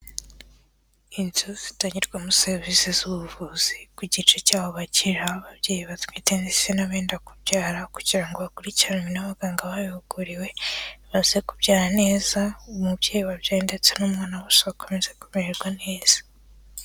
Inzu zitangirwamo serivisi z'ubuvuzi, ku gice cyaho bakiriraho ababyeyi batwite ndetse n'abenda kubyara, kugira ngo bakurikiranwe n'abaganga babihuguriwe baze kubyara neza, umubyeyi wabyaye ndetse n'umwana bose bakomeza kumererwa neza.